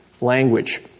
language